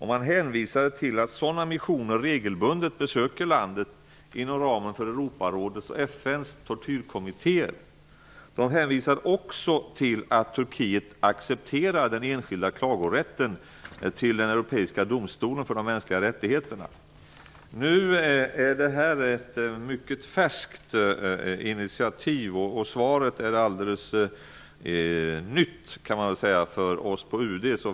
Man hänvisade till att sådana missioner regelbundet besökte landet inom ramen för Man hänvisade också till att Turkiet accepterar den enskilda klagorätten till den europeiska domstolen för de mänskliga rättigheterna. Det är ett mycket färskt initiativ, och svaret är alldeles nytt för oss på UD.